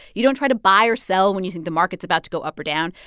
you don't try to buy or sell when you think the market's about to go up or down.